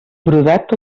brodat